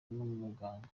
n’umuganga